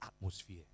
atmosphere